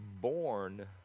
born